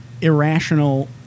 irrational